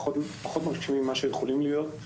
הם פחות מרשימים ממה שהיו יכולים להיות.